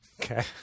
Okay